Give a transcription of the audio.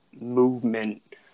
movement